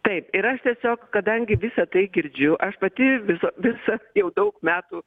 taip ir aš tiesiog kadangi visa tai girdžiu aš pati viso visa jau daug metų